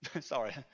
Sorry